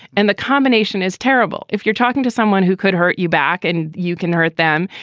and the combination is terrible. if you're talking to someone who could hurt you back and you can hurt them.